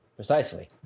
Precisely